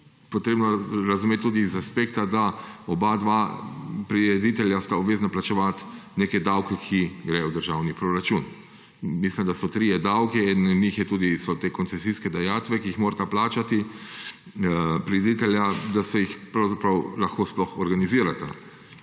potrebno razumeti tudi iz aspekta, da sta oba prireditelja obvezana plačevati neke davke, ki gredo v državni proračun. Mislim, da so trije davki, eden od njih so koncesijske dajatve, ki jih morata plačati prireditelja, da jih lahko sploh organizirata.